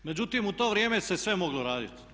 Međutim, u to vrijeme se sve moglo raditi.